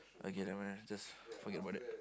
okay never mind ah just forget about that